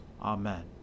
Amen